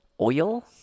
Oil